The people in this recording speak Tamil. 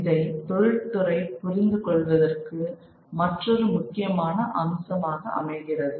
இதை தொழில்துறை புரிந்து கொள்வதற்கு மற்றொரு முக்கியமான அம்சமாக அமைகிறது